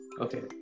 okay